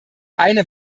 eine